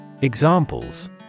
Examples